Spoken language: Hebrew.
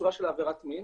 בצורה של עבירת מין.